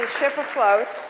ship afloat.